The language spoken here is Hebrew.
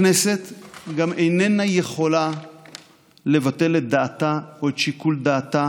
הכנסת גם איננה יכולה לבטל את דעתה או את שיקול דעתה